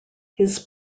his